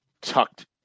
tucked